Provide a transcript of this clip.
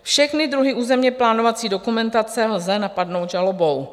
Všechny druhy územněplánovací dokumentace lze napadnout žalobou.